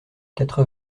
quatre